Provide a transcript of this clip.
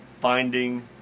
Finding